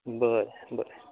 बरें बरें